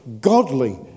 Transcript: godly